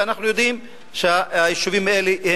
ואנחנו יודעים שהיישובים האלה,